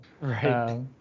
Right